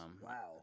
Wow